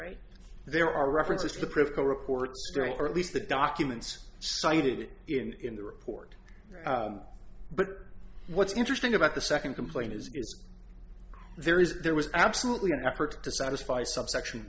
right there are references to the principal reports or at least the documents cited in the report but what's interesting about the second complaint is there is there was absolutely an effort to satisfy subsection